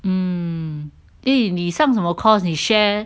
mm eh 你上什么 course 你 share leh